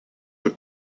your